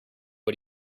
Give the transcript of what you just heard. but